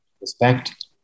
respect